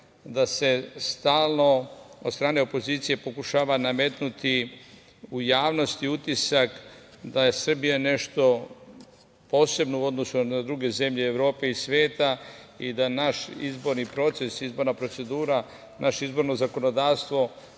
da se stalno od strane opozicije pokušava nametnuti u javnosti utisak da je Srbija nešto posebno u odnosu na druge zemlje Evrope i sveta i da naš izborni proces, izborna procedura, naše izborno zakonodavstvo